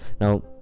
now